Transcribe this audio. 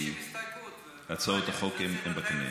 כי הצעות החוק הן בקנה.